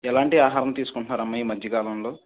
ఎలాంటి ఆహారం తీసుకుంటునారమ్మ ఈ మధ్యకాలంలో